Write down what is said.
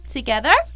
Together